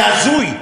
זה הזוי.